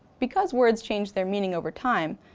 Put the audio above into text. because words change their meaning over time,